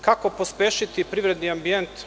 Kako pospešiti privredni ambijent?